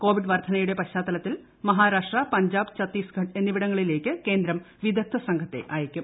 Covid വർധനയുടെ പശ്ചത്താലത്തിൽ മഹാരാഷ്ട്ര പഞ്ചാബ് ഛത്തീസ്ഗഡ് എന്നിവിടങ്ങിലേക്ക് കേന്ദ്രം വിദഗ്ധ സംഘത്തെ അയക്കും